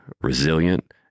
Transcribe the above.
resilient